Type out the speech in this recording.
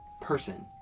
person